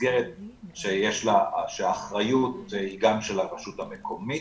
מסגרת שהאחריות היא גם של הרשות המקומית,